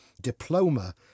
diploma